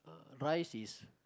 uh rice is